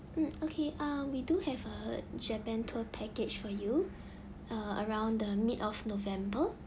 mm okay uh we do have a japan tour package for you uh around the mid of november